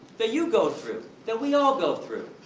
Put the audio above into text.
that you go through, that we all go through.